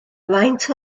faint